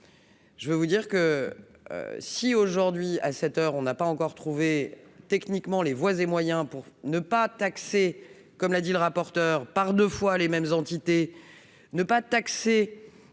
je vais vous dire que si, aujourd'hui, à cette heure, on n'a pas encore trouvé techniquement les voies et moyens pour ne pas taxer comme l'a dit le rapporteur par 2 fois les mêmes entités ne pas taxer,